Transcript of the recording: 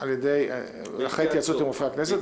אחרי התייעצות עם רופא הכנסת,